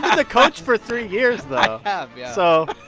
the coach for three years, though i have, yeah so,